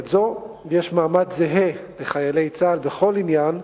זו יש מעמד זהה לחיילי צה"ל בכל עניין,